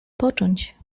począć